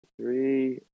three